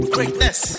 Greatness